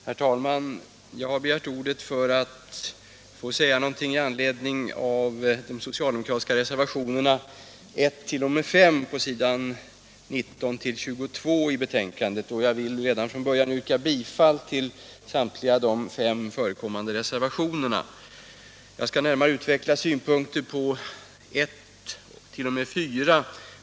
Herr talman! Jag har begärt ordet för att få säga någonting i anledning av de socialdemokratiska reservationerna 1-5 på s. 19-22 i betänkandet. Jag vill redan från början yrka bifall till samtliga fem reservationer. Jag skall närmare utveckla synpunkter på reservationerna 1-4.